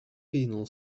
penal